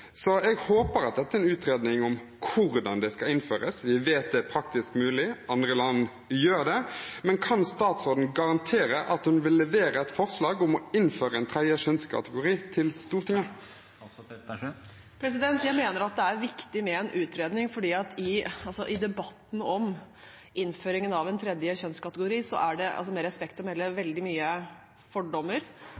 Så jeg håper at dette er en utredning om hvordan det skal innføres. Vi vet det er praktisk mulig, andre land gjør det, men kan statsråden garantere at hun vil levere et forslag om å innføre en tredje kjønnskategori til Stortinget? Jeg mener det er viktig med en utredning, for i debatten om innføringen av en tredje kjønnskategori er det, med respekt å melde,